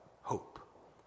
hope